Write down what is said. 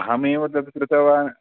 अहमेव तत् कृतवान्